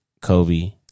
Kobe